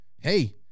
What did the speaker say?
hey